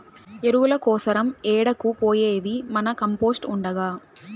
ఎరువుల కోసరం ఏడకు పోయేది మన కంపోస్ట్ ఉండగా